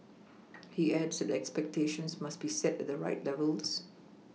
he adds that expectations must be set at the right levels